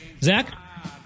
Zach